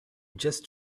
just